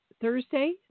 Thursday